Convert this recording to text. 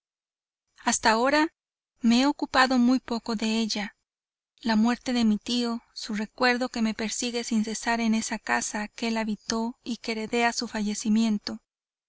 hasta ahora me he ocupado muy poco de ella la muerte de mi tío su recuerdo que me persigue sin cesar en esa casa que él habitó y que heredé a su fallecimiento